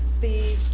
the